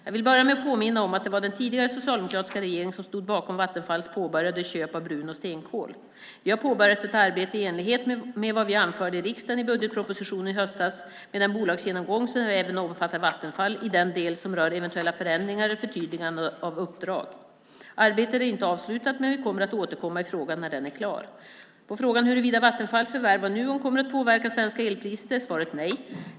Jag vill börja med att påminna om att det var den tidigare socialdemokratiska regeringen som stod bakom Vattenfalls påbörjade köp av brun och stenkol. Vi har påbörjat ett arbete i enlighet med vad vi anförde till riksdagen i budgetpropositionen i höstas med den bolagsgenomgång som även omfattar Vattenfall i den del som rör eventuella förändringar eller förtydliganden av uppdrag. Arbetet är inte avslutat, men vi kommer att återkomma i frågan när den är klar. På frågan huruvida Vattenfalls förvärv av Nuon kommer att påverka svenska elpriser är svaret nej.